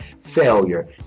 failure